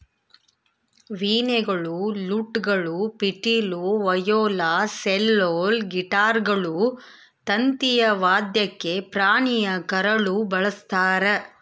ವೀಣೆಗಳು ಲೂಟ್ಗಳು ಪಿಟೀಲು ವಯೋಲಾ ಸೆಲ್ಲೋಲ್ ಗಿಟಾರ್ಗಳು ತಂತಿಯ ವಾದ್ಯಕ್ಕೆ ಪ್ರಾಣಿಯ ಕರಳು ಬಳಸ್ತಾರ